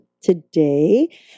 today